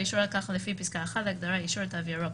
אישור על כך לפי פסקה 1 להגדרת אישור לתו ירוק.